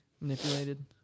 manipulated